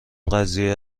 قضیه